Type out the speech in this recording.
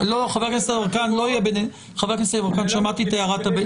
חבר הכנסת יברקן, שמעתי את הערתך.